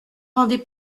rendez